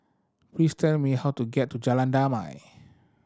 please tell me how to get to Jalan Damai